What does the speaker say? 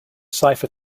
cipher